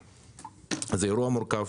זה אירוע מורכב.